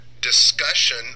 discussion